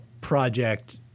project